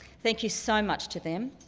thank you so much to them.